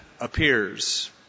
appears